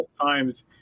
times